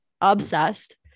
obsessed